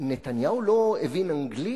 נתניהו לא הבין אנגלית,